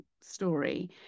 story